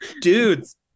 Dudes